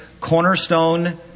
Cornerstone